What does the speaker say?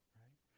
right